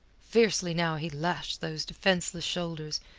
fiercely now he lashed those defenceless shoulders,